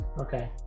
okay